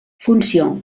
funció